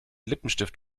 lippenstift